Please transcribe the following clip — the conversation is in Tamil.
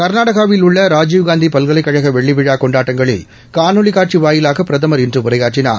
கர்நாடகாவில் உள்ள ராஜீவ்காந்தி பல்கலைக்கழக வெள்ளிவிழா கொண்டாட்டங்களில் காணொலி காட்சி வாயிலாக பிரதமர் இன்று உரையாற்றினார்